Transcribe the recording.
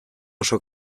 oso